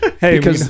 hey